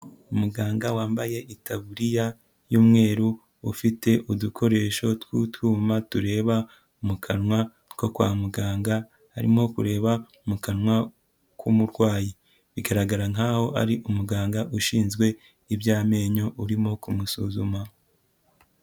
Umuganga wambaye itaburiya y'umweru, ufite udukoresho tw'utwuma tureba mu kanwa two kwa muganga, arimo kureba mu kanwa k'umurwayi, bigaragara nkaho ari umuganga ushinzwe iby'amenyo urimo kumusuzuma.